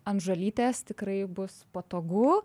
ant žolytės tikrai bus patogu